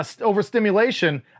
over-stimulation